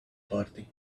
party